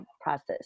process